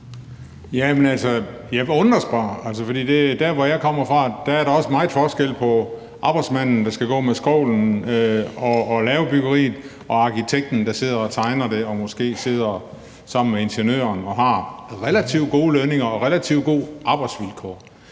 Jamen jeg undres bare. For der, hvor jeg kommer fra, er der også meget forskel på arbejdsmanden, der skal gå med skovlen og lave byggeriet, og arkitekten, der sidder og tegner det, og som måske sidder sammen med ingeniøren, hvor begge har relativt gode lønninger og relativt gode arbejdsvilkår.